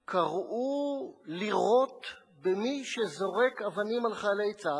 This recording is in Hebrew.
קראו לירות במי שזורק אבנים על חיילי צה"ל,